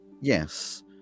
yes